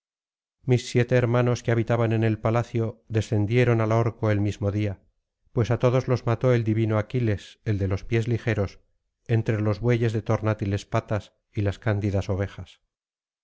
mis siete hermanos que habitaban en el palacio descendieron al orco el mismo día pues á todos los mató el divino aquiles el de los pies ligeros entre los bueyes de tornátiles patas y las candidas ovejas